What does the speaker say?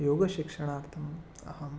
योगशिक्षणार्थम् अहम्